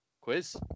Quiz